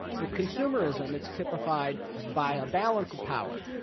with consumerism, it's typified by a balance of power.